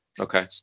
Okay